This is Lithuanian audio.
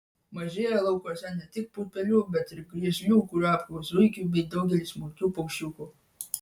mažėja laukuose ne tik putpelių bet ir griežlių kurapkų zuikių bei daugelio smulkių paukščiukų